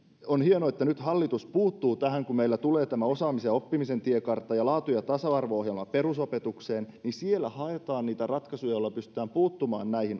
on hienoa että nyt hallitus puuttuu tähän kun meillä tulevat nämä osaamisen ja oppimisen tiekartta ja laatu ja tasa arvo ohjelma perusopetukseen niin siellä haetaan niitä ratkaisuja joilla pystytään puuttumaan näihin